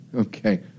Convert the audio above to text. Okay